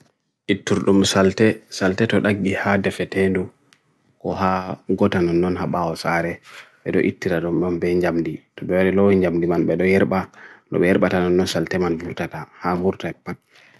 To babal sukki, be wata dum be sukkita ha sukku mai.